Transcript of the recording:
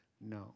no